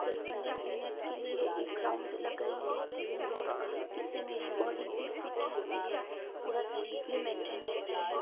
दस पंद्रह मिनट के लिए एक राउंड लगा ही लेती हूँ दौड़ का इससे मेरी बॉडी भी फिट रहती है पूरा शरीर भी मेंटेन रहता है